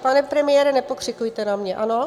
Pane premiére, nepokřikujte na mě, ano?